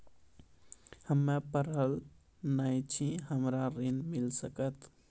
हम्मे पढ़ल न छी हमरा ऋण मिल सकत?